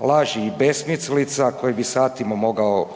laži i besmislica koje bi satima mogao